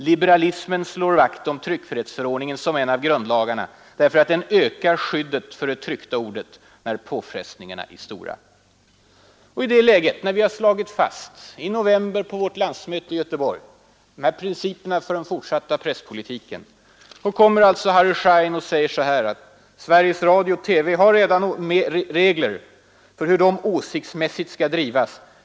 ——— Liberalismen slår vakt om tryckfrihetsförordningen som en av grundlagarna därför att den ökar skyddet för det tryckta ordet när påfrestningarna är stora ———.” I det läget, när vi i november 1972 på landsmötet i Göteborg hade slagit fast de här principerna för den fortsatta presspolitiken, kommer Harry Schein och säger att vi redan har ”bestämmelser för hur Sveriges Radio-TV åsiktsmässigt skall drivas.